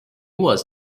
was